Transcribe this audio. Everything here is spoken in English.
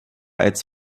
its